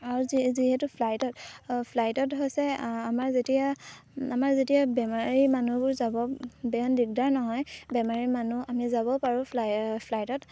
আৰু যি যিহেতু ফ্লাইটত ফ্লাইটত হৈছে আমাৰ যেতিয়া আমাৰ যেতিয়া বেমাৰী মানুহবোৰ যাব বেয়া দিগদাৰ নহয় বেমাৰী মানুহ আমি যাব পাৰোঁ ফ্লাই ফ্লাইটত